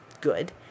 good